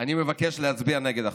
אני מבקש להצביע נגד החוק.